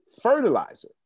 fertilizer